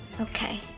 Okay